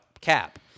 Cap